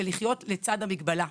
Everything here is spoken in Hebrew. לחיות לצד המגבלה,